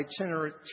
itinerant